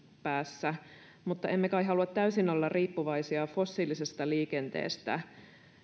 päässä mutta emme kai halua olla täysin riippuvaisia fossiilisesta liikenteestä